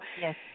Yes